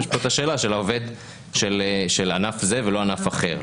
יש פה את השאלה של ענף זה ולא ענף אחר.